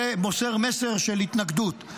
זה מוסר מסר של התנגדות.